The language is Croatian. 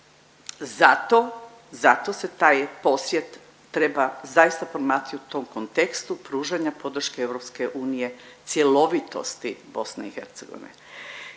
zato se taj posjet treba zaista promatrati u tom kontekstu pružanja podrške Europske unije cjelovitosti